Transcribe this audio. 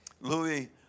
Louis